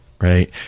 right